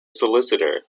solicitor